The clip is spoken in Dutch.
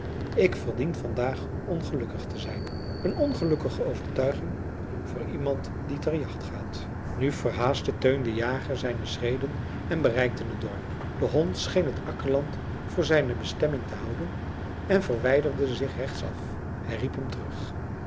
ik verdien vandaag ongelukkig te zijn een ongelukkige overtuiging voor iemand die ter jacht gaat nu verhaastte teun de jager zijne schreden en bereikte het dorp de hond scheen het akkerland voor zijne bestemming te houden en verwijderde zich rechtsaf hij riep hem terug